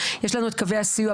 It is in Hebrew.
יש לנו את קווי הסיוע.